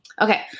Okay